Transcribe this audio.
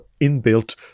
inbuilt